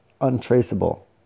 untraceable